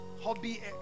hobby